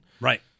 Right